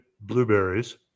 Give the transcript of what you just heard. blueberries